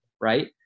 right